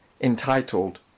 entitled